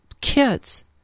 kids